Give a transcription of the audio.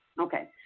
Okay